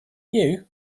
you